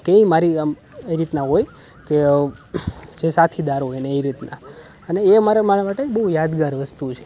કે મારી આમ એ રીતના હોય કે જે સાથીદાર હોય ને એ રીતના અને એ મારો મારા માટે બહુ યાદગાર વસ્તુ છે